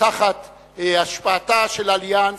תחת השפעתה של "אליאנס",